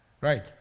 right